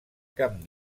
camp